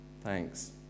thanks